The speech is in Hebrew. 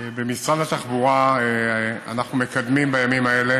במשרד התחבורה אנחנו מקדמים בימים האלה